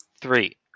three